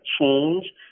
change